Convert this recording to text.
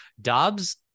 Dobbs